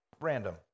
random